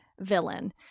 Villain